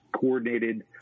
coordinated